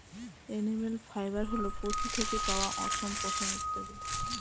animal fibre হল পশু থেকে পাওয়া অশম, পশম ইত্যাদি